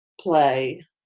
play